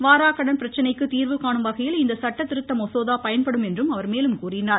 வாராக்கடன் பிரச்சினைக்கு தீர்வு காணும் வகையில் இந்த சட்டதிருத்த மசோதா பயன்படும் என்றும் அவர் மேலும் தெரிவித்தார்